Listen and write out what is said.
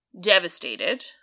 devastated